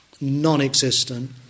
non-existent